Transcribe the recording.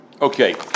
Okay